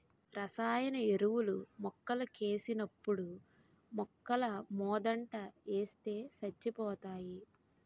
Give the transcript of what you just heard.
రసాయన ఎరువులు మొక్కలకేసినప్పుడు మొక్కలమోదంట ఏస్తే సచ్చిపోతాయి